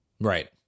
Right